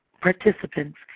participants